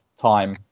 time